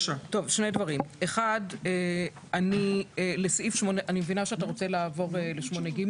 שני דברים: 1. אני מבינה שאתה רוצה לעבור ל-8ג,